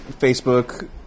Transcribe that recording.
Facebook